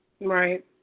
Right